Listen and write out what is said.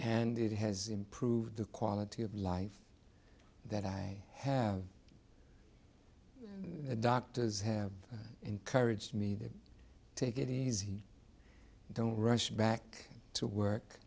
and it has improved the quality of life that i have made doctors have encouraged me to take it easy don't rush back to work